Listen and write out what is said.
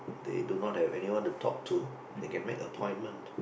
they do not have anyone to talk to they can make appointment